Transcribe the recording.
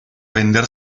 vender